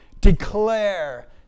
declare